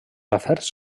afers